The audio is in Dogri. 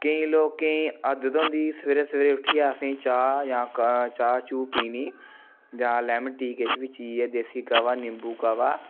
केईं लोकें गी आदत होंदी सवेरे सवेरे उट्ठियै असेंई चाह् जां चाह् चु पीनी जां लेमन टी किश बी चीज़ ऐ देसी काह्वा नींबू काह्वा